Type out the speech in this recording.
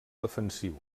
defensiu